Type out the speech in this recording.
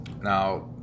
Now